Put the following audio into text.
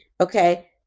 okay